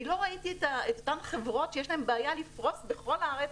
אני לא ראיתי את אותן חברות שיש להן בעיה לפרוס בכל הארץ,